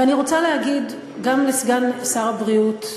ואני רוצה להגיד גם לסגן שר הבריאות,